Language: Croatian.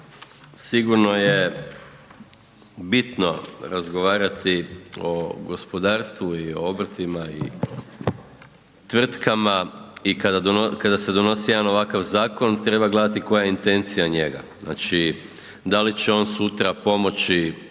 sigurno je bitno razgovarati o gospodarstvu i o obrtima i tvrtkama i kada se donosi jedan ovakav zakon treba gledati koja je intencija njega. Znači, da li će on sutra pomoći